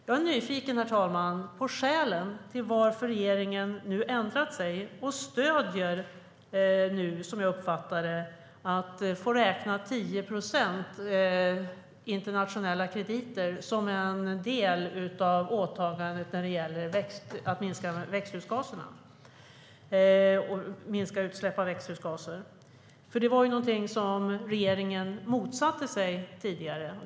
Jag är nyfiken, herr talman, på skälen till att regeringen har ändrat sig och nu, som jag uppfattar det, stöder att man ska få räkna 10 procent internationella krediter som en del av åtagandet när det gäller att minska utsläppen av växthusgaser. Det var ju någonting som regeringen tidigare motsatte sig.